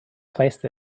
placed